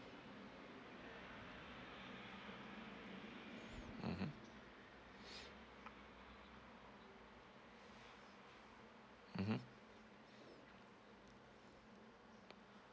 mmhmm mmhmm